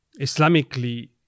Islamically